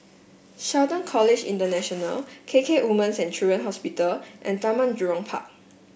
Shelton College International K K Woman's and Children Hospital and Taman Jurong Park